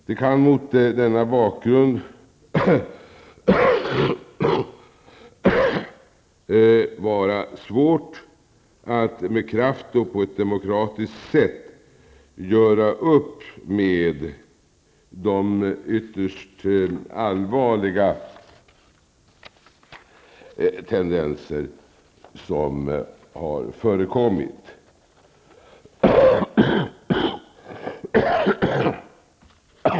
Det kan mot denna bakgrund vara svårt att med kraft och på ett demokratiskt sätt göra upp med de ytterst allvarliga tendenser som har förekommit.